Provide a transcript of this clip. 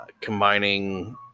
combining